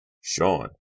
Sean